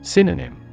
Synonym